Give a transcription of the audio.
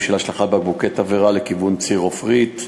של השלכת בקבוקי תבערה לכיוון ציר עופרית,